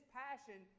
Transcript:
passion